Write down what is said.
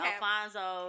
Alfonso